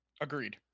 Agreed